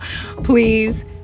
please